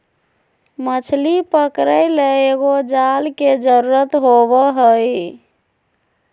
मछली पकरे ले एगो जाल के जरुरत होबो हइ